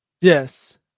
Yes